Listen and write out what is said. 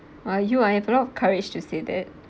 ah you I have a lot of courage to say that